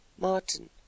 Martin